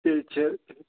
تیٚلہِ چھِ